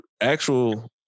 actual